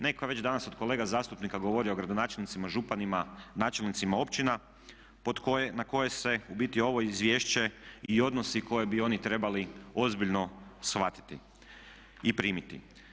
Netko je već danas od kolega zastupnika govorio o gradonačelnicima, županima, načelnicima općina na koje se u biti ovo izvješće i odnosi, koje bi oni trebali ozbiljno shvatiti i primiti.